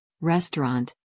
restaurant